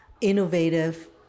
innovative